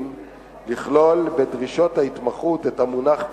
לכלול בדרישות ההתמחות את המונח פסיכותרפיה,